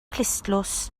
clustdlws